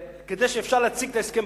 כדי שאפשר יהיה להציג את ההסכם בכנסת.